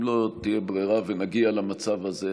אם לא תהיה ברירה ונגיע למצב הזה,